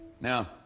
Now